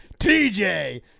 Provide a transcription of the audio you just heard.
TJ